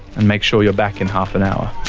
and make sure you're back in half an hour.